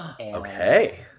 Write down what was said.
Okay